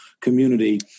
community